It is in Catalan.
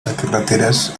carreteres